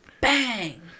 bang